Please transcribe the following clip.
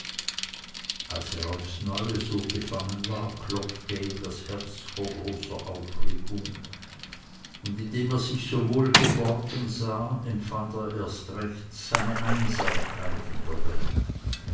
als er aufs neue so gefangen war klopfte ihm das herz vor großer aufregung und indem er sich so wohl geborgen sah empfand er erst recht seine einsamkeit in der welt